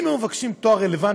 אם היו מבקשים תואר רלוונטי,